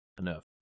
enough